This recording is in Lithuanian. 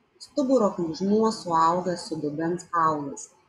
stuburo kryžmuo suaugęs su dubens kaulais